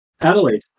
Adelaide